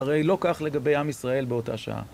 הרי לא כך לגבי עם ישראל באותה שעה.